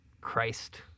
Christ